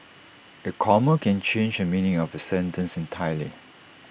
A comma can change the meaning of A sentence entirely